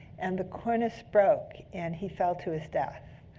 and the cornice broke, and he fell to his death.